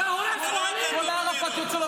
אתה הורס אוהלים ------ מנסור,